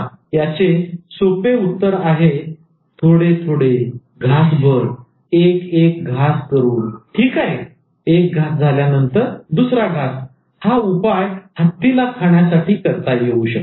आणि याचे सोपे उत्तर आहे थोडे थोडे घासभर एक एक घास ठीक आहे एक घास झाल्यानंतर दुसरा घास हा उपाय हत्तीला खाण्यासाठी करता येऊ शकतो